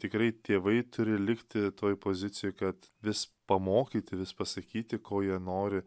tikrai tėvai turi likti toj pozicijoj kad vis pamokyti vis pasakyti ko jie nori